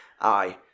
Aye